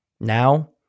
Now